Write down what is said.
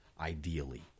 ideally